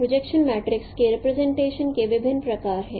projection matrix के representation के विभिन्न प्रकार हैं